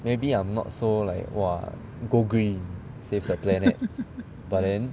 maybe I'm not so like !wah! go green save the planet but then